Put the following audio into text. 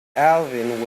alvin